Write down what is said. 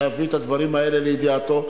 להביא את הדברים האלה לידיעתו,